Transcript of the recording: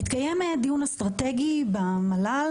התקיים דיון אסטרטגי במל"ל,